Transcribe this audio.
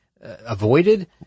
avoided